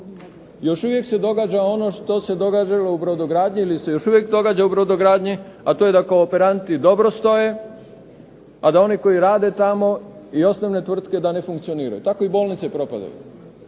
Još uvijek se događa ono što se događalo i u brodogradnji ili se još uvijek događa u brodogradnji, a to je da kao operanti dobro stoje, a da oni koji rade tamo i osnovne tvrtke da ne funkcioniraju. Tako i bolnice propadaju.